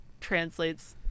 translates